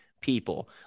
people